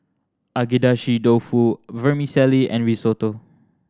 Agedashi Dofu Vermicelli and Risotto